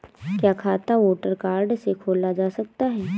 क्या खाता voter card से खोला जा सकता है?